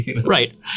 right